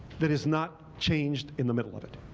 that is not changed in the middle of it.